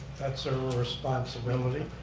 that's a real responsibility.